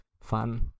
fun